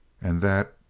and that,